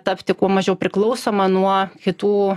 tapti kuo mažiau priklausoma nuo kitų